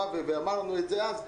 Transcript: אמרנו את זה אז,